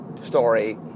story